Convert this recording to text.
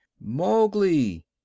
mowgli